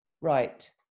Right